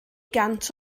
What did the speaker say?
gant